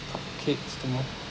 cupcakes tomorrow